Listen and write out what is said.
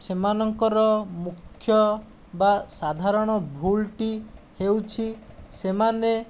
ସେମାନଙ୍କର ମୁଖ୍ୟ ବା ସାଧାରଣ ଭୁଲ୍ଟି ହେଉଛି ସେମାନେ